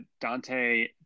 Dante